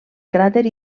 cràter